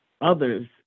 others